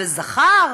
בזכר,